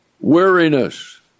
Weariness